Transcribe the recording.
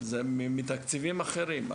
וזה מתקציבים אחרים.